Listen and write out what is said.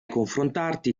confrontarti